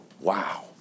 Wow